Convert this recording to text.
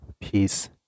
peace